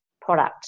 product